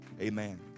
Amen